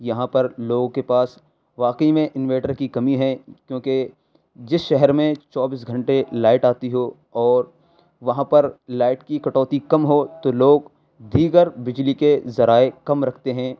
یہاں پر لوگوں کے پاس واقعی میں انورٹر کی کمی ہے کیوں کہ جس شہر میں چوبیس گھنٹے لائٹ آتی ہو اور وہاں پر لائٹ کی کٹوتی کم ہو تو لوگ دیگر بجلی کے ذرائع کم رکھتے ہیں